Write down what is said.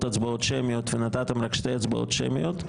הצבעות שמיות ונתתם רק שתי הצבעות שמיות.